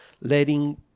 letting